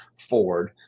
Ford